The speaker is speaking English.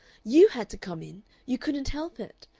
you had to come in. you couldn't help it.